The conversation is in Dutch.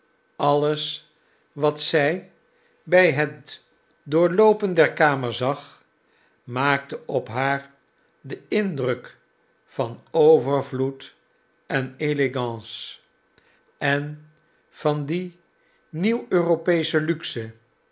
alles wat zij bij het doorloopen der kamer zag maakte op haar den indruk van overvloed en élégance en van die nieuw europeesche luxe